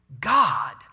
God